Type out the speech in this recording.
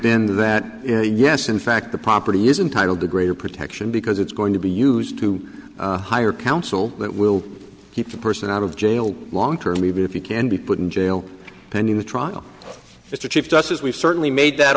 been that yes in fact the property isn't titled the greater protection because it's going to be used to hire counsel that will keep the person out of jail long term even if you can be put in jail pending the trial is the chief justice we've certainly made that